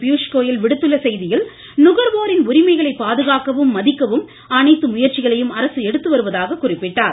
பியூஷ் கோயல் விடுத்துள்ள செய்தியில் நுகர்வோரின் உரிமைகளை பாதுகாக்கவும் மதிக்கவும் அனைத்து முயற்சிகளையும் அரசு எடுத்து வருவதாக குறிப்பிட்டார்